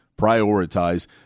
prioritize